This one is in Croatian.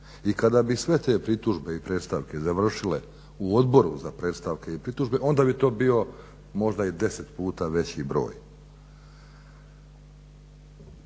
I kada bi sve te pritužbe i predstavke završile u Odboru za predstavke i pritužbe onda bi to bio možda i 10 puta veći broj.